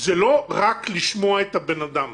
זה לא רק לשמוע את הבן אדם.